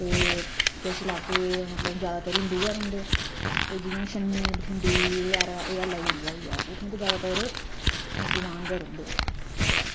ते किश लाके मतलब जादैतर हिंदु गै रौहंदे ते जियां छन्नी बठिंडी एह् आह्ला एरिया होई गेआ उत्थें ते जादैतर मुसलमान गै रौहंदे